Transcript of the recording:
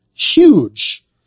huge